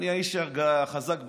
אני האיש החזק בעולם.